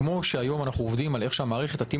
כמו שהיום אנחנו עובדים על איך המערכת תתאים